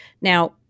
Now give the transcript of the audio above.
Now